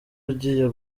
ugiye